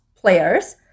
players